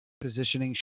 positioning